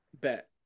bet